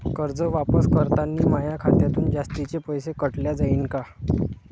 कर्ज वापस करतांनी माया खात्यातून जास्तीचे पैसे काटल्या जाईन का?